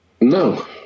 No